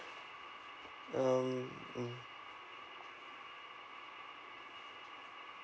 um mm